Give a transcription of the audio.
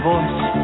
Voice